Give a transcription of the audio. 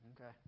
Okay